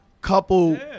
Couple